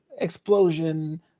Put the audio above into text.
explosion